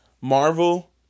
Marvel